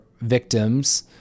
victims